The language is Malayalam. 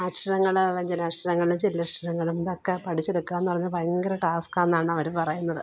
അക്ഷരങ്ങള് വ്യഞ്ജനാക്ഷരങ്ങള് ചില്ലക്ഷരങ്ങളും ഇതൊക്കെ ഒക്കെ പഠിച്ചെടുക്കുക എന്ന് പറഞ്ഞാൽ ഭയങ്കര ടാസ്ക് ആണെന്നാണവര് പറയുന്നത്